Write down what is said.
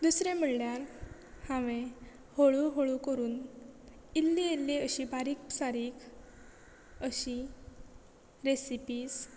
दुसरें म्हणल्यार हांवें हळू हळू करून इल्ली इल्ली अशी बारीक सारीक अशी रेसिपीज